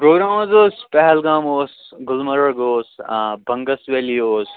programme حظ اوس پہلگام اوس گُلمرگ اوس بَنٛگَس ویلی اوس